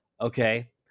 Okay